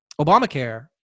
Obamacare